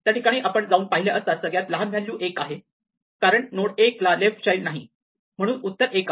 त्या ठिकाणी आपण जाऊन पाहिले असता सगळ्यात लहान व्हॅल्यू 1 आहे कारण नोड 1 ला लेफ्ट चाईल्ड नाही म्हणून उत्तर 1 आहे